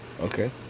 Okay